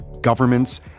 governments